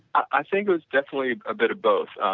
i think it was definitely a bit of both.